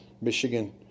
Michigan